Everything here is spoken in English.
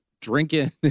drinking